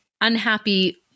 unhappy